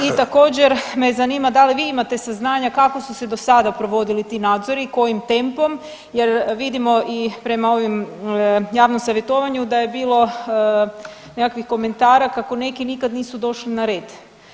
I također me zanima da li vi imate saznanja kako su se do sada provodili ti nadzori i kojim tempom, jer vidimo i prema ovom javnom savjetovanju da je bilo nekakvih komentara kako neki nikada nisu došli na red?